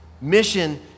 mission